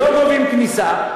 לא גובים דמי כניסה.